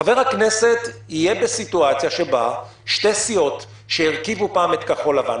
חבר הכנסת יהיה בסיטואציה שבה שתי סיעות שהרכיבו פעם את כחול לבן,